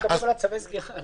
כי עוד לא הגענו לצווי הסגירה.